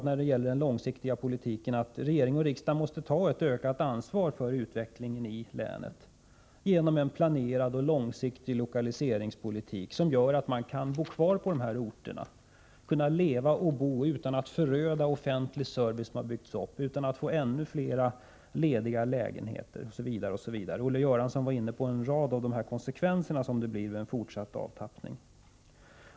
När det gäller den långsiktiga politiken tycker jag att regering och riksdag måste ta ett ökat ansvar för utvecklingen i länet genom en planerad och långsiktig lokaliseringspolitik, som gör att människorna kan bo kvar på orterna, att de kan leva och bo där. Man får inte föröda den offentliga service som har byggts upp, det får inte bli ännu fler lediga lägenheter, osv. Olle Göransson var inne på några av konsekvenserna av en fortsatt avtappning.